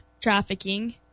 Trafficking